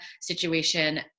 situation